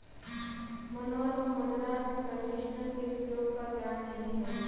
मनोहर को मृदा कंडीशनर के उपयोग का ज्ञान नहीं है